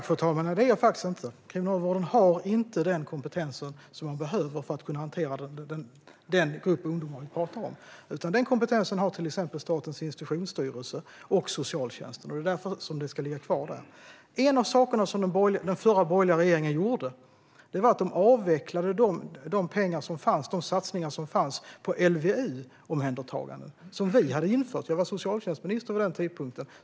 Fru talman! Nej, det är jag faktiskt inte. Kriminalvården har inte den kompetens som behövs för att hantera den grupp ungdomar vi pratar om. Den kompetensen har till exempel Statens institutionsstyrelse och socialtjänsten. Det är därför den ska ligga kvar där. En av de saker den förra borgerliga regeringen gjorde var att den avvecklade de pengar och satsningar som fanns för LVU-omhändertagande som vi hade infört. Jag var socialtjänstminister vid den tidpunkten.